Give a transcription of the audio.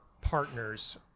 partners